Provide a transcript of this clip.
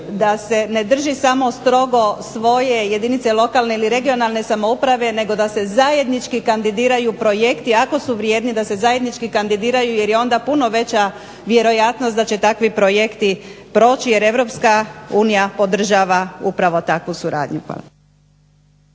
da se ne drži samo stroge svoje jedinice lokalne ili regionalne samouprave nego da se zajednički kandidiraju projekti ako su vrijedni da se zajednički kandidiraju jer je onda puno veća vjerojatno da će takvi projekti proći jer EU podržava upravo takvu suradnju. Hvala.